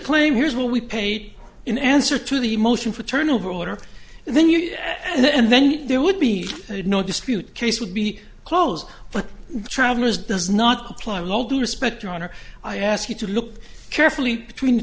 claim here's what we paid in answer to the motion for turnover order and then you and then there would be no dispute case would be closed but travelers does not comply lol do respect your honor i ask you to look carefully between